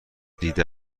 دیده